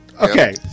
Okay